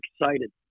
excited